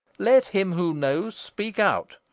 let him who knows speak out,